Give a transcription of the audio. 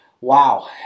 Wow